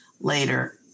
later